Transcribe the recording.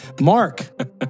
Mark